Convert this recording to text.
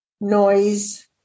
noise